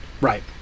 Right